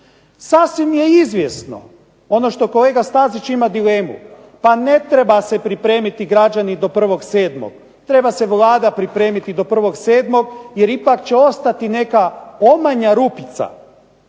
Sasvim je izvjesno ono što kolega Stazić ima dilemu, pa ne treba se pripremiti građani do 1. 7., treba se Vlada pripremiti do 1. 7. jer ipak će ostati neka omanja rupica